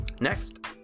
Next